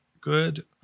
good